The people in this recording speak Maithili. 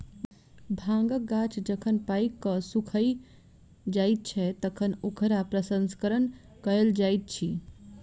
भांगक गाछ जखन पाइक क सुइख जाइत छै, तखन ओकरा प्रसंस्करण कयल जाइत अछि